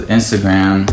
Instagram